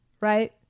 right